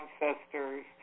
ancestors